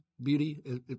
beauty